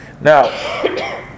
Now